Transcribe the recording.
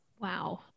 Wow